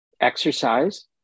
exercise